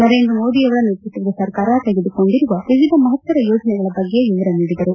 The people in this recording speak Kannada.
ನರೇಂದ್ರ ಮೋದಿ ಅವರ ನೇತೃತ್ವದ ಸರ್ಕಾರ ತೆಗೆದುಕೊಂಡಿರುವ ವಿವಿಧ ಮಹತ್ತರ ಯೋಜನೆಗಳ ಬಗ್ಗೆ ವಿವರ ನೀಡಿದರು